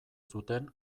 zuten